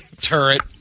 Turret